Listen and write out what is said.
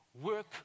work